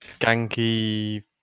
ganky